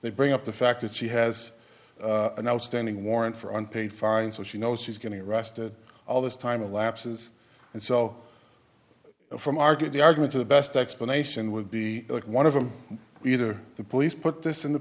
they bring up the fact that she has an outstanding warrant for unpaid fines so she knows she's going to arrested all this time elapses and so from argue the argument to the best explanation would be one of them either the police put this in the